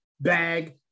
bag